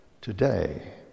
today